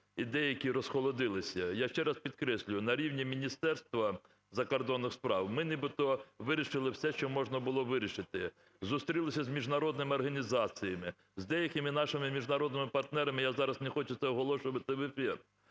деякі розхолодилися. Я ще раз підкреслюю, на рівні Міністерства закордонних справ ми нібито вирішили все, що можна було вирішити: зустрілися з міжнародними організаціями, з деякими нашими міжнародними партнерами (я зараз не хочу це оголошувати в ефір).